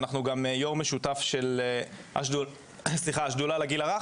שאנחנו גם יו"ר משותף של השדולה לגיל הרך,